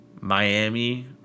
Miami